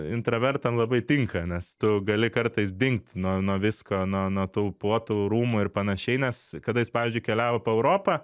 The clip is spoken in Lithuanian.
intravertam labai tinka nes tu gali kartais dingti nuo nuo visko nuo nuo tų puotų rūmų ir panašiai nes kada jis pavyzdžiui keliavo po europą